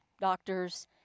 doctors